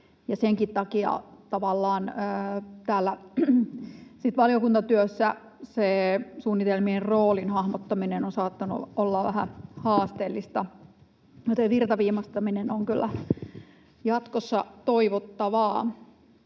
senkin takia täällä valiokuntatyössä se suunnitelmien roolin hahmottaminen on saattanut olla vähän haasteellista, joten virtaviivaistaminen on kyllä jatkossa toivottavaa.